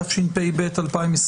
התשפ"ב-2021.